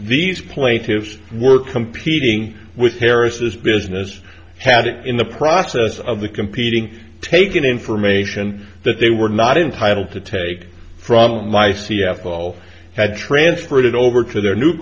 these plaintiffs were competing with harris this business had it in the process of the competing take in information that they were not entitled to take from my c f o had transferred it over to their new